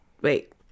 Wait